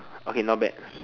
okay not bad